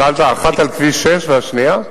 שאלת אחת על כביש 6. והשנייה?